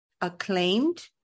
acclaimed